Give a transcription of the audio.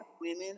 women